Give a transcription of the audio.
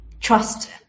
trust